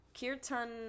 Kirtan